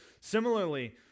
Similarly